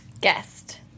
Guest